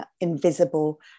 invisible